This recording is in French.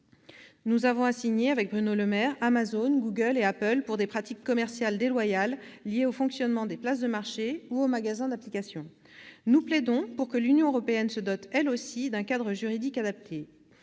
Nous avons assigné, avec Bruno Le Maire, Amazon, Google et Apple pour pratiques commerciales déloyales liées au fonctionnement des places de marché ou aux magasins d'applications. Nous plaidons pour que l'Union européenne se dote, elle aussi, d'un cadre juridique adapté.